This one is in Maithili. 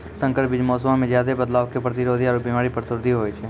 संकर बीज मौसमो मे ज्यादे बदलाव के प्रतिरोधी आरु बिमारी प्रतिरोधी होय छै